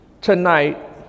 tonight